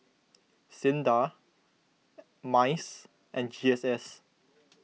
Sinda Mice and G S S